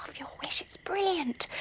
your wish, it's brilliant!